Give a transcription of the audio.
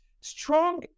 Strong